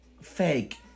fake